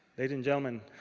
ladies and gentlemen,